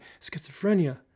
schizophrenia